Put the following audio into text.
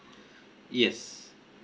yes